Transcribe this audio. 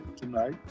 tonight